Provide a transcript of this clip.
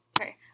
okay